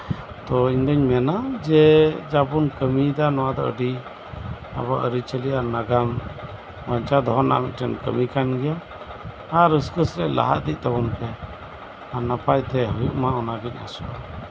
ᱛᱚ ᱤᱧ ᱫᱩᱧ ᱢᱮᱱᱟ ᱡᱮ ᱡᱟ ᱵᱚᱱ ᱠᱟᱹᱢᱤᱭᱫᱟ ᱚᱱᱟ ᱟᱹᱰᱤ ᱟᱵᱚᱣᱟᱜ ᱟᱹᱨᱤᱪᱟᱞᱤ ᱟᱨ ᱱᱟᱜᱟᱢ ᱵᱟᱧᱪᱟᱣ ᱫᱚᱦᱚ ᱨᱮᱱᱟᱜ ᱠᱟᱹᱢᱤ ᱠᱟᱱ ᱜᱮᱭᱟ ᱟᱨ ᱨᱟᱹᱥᱠᱟᱹ ᱥᱟᱞᱟᱜ ᱞᱟᱦᱟ ᱤᱫᱤᱜ ᱛᱟᱵᱚᱱ ᱯᱮ ᱟᱨ ᱱᱟᱯᱟᱭ ᱛᱮ ᱦᱩᱭᱩᱜ ᱢᱟ ᱚᱱᱟᱜᱤᱧ ᱟᱸᱥᱚᱜᱼᱟ